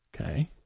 Okay